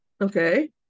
Okay